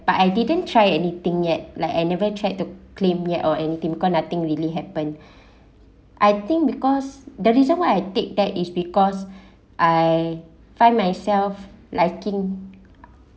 but I didn't try anything yet like I never tried to claim yet or anything because nothing really happen I think because the reason why I take that is because I find myself liking